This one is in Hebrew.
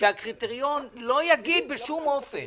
שהקריטריון לא יגיד בשום אופן,